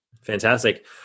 Fantastic